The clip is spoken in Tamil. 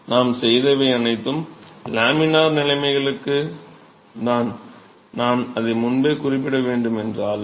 நாம் செய்தவை அனைத்தும் லாமினார் நிலைமைகளுக்கு நான் அதை முன்பே குறிப்பிட வேண்டும் என்றாலும்